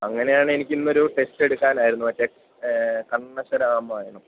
അങ്ങനെയാണേ എനിക്കിന്നൊരു ടെക്സ്റ്റ് എടുക്കാനായിരുന്നു മറ്റേ കണ്ണശ്ശ രാമായണം